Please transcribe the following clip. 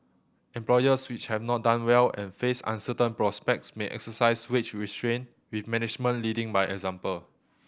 employers which have not done well and face uncertain prospects may exercise wage restraint with management leading by example